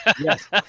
Yes